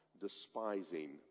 despising